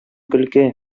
көлке